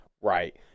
right